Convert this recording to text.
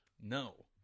No